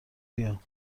بیام